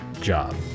job